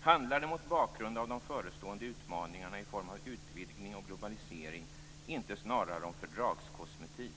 "Handlar det mot bakgrund av de förestående utmaningarna i form av utvidgning och globalisering inte snarare om fördragskosmetik?